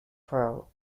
pro